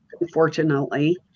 unfortunately